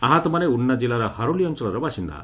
ଆହତମାନେ ଉନ୍ନା ଜିଲ୍ଲାର ହରୋଲି ଅଞ୍ଚଳର ବାସିନ୍ଦା